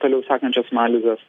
toliau sekančios analizės